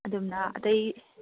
ꯑꯗꯨꯝꯅ ꯑꯇꯩ